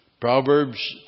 Proverbs